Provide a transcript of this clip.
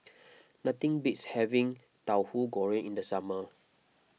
nothing beats having Tauhu Goreng in the summer